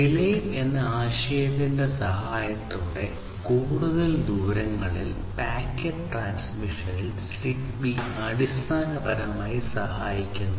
relay എന്ന ആശയത്തിന്റെ സഹായത്തോടെ കൂടുതൽ ദൂരങ്ങളിൽ പാക്കറ്റ് ട്രാൻസ്മിഷനിൽ സിഗ്ബീ അടിസ്ഥാനപരമായി സഹായിക്കുന്നു